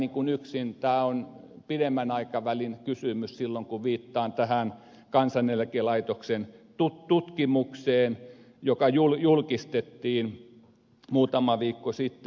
tämä on pidemmän aikavälin kysymys silloin kun viittaan tähän kansaneläkelaitoksen tutkimukseen joka julkistettiin muutama viikko sitten